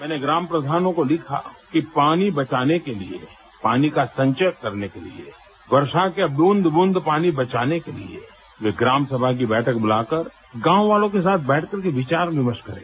मैंने ग्राम प्रधानों को लिखा कि पानी बचाने के लिए पानी का संचय करने के लिए वर्षा के ब्रंद ब्रंद पानी बचाने के लिए वे ग्राम सभा की बैठक बुलाकर गाँव वालों के साथ बैठकर के विचार विमर्श करें